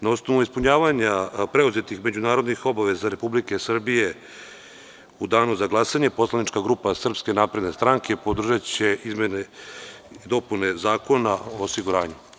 Na osnovu ispunjavanja preuzetih međunarodnih obaveza Republike Srbije, u danu za glasanje poslanička grupa SNS podržaće izmene i dopune Zakona o osiguranju.